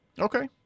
Okay